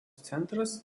centras